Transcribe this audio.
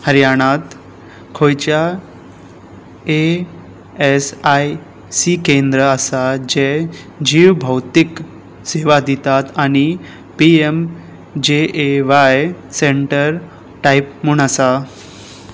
हरियाणात खंयच्या A S I C केंद्रा आसा जे जीव भौतीक सेवा दितात आनी P M J A Y centre type म्हूण आसा